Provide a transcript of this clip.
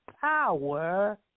power